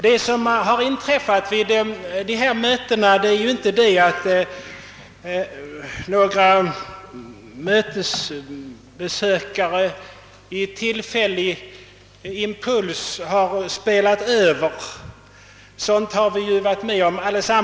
Vad som har inträffat är inte att några mötesbesökare av en tillfällig impuls har spelat över — sådant har vi ju allesammans varit med om.